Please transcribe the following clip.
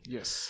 Yes